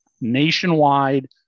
nationwide